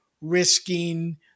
risking